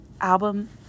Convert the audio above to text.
album